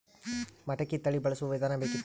ಮಟಕಿ ತಳಿ ಬಳಸುವ ವಿಧಾನ ಬೇಕಿತ್ತು?